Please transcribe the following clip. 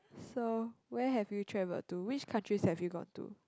so where have you traveled to which countries have you gone to